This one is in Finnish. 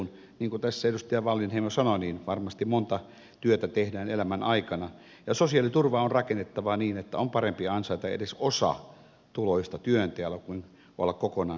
niin kuin tässä edustaja wallinheimo sanoi varmasti montaa työtä tehdään elämän aikana ja sosiaaliturva on rakennettava niin että on parempi ansaita edes osa tuloista työnteolla kuin olla kokonaan sosiaaliturvan varassa